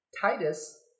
Titus